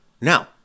Now